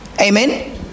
amen